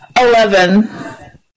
Eleven